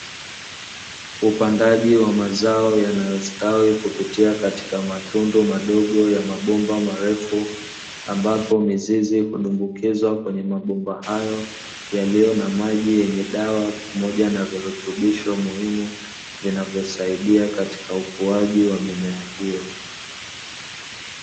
Upandaji wa mazao yanastawi kupitia katika matundu madogo ya mabomba marefu, ambapo mizizi hudumbukizwa kwenye mabomba hayo. Yaliyo na maji yenye dawa pamoja na virutubisho muhimu, vinavyosaidia katika ukuaji wa mimea hiyo.